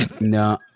No